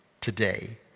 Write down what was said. today